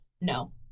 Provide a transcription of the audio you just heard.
no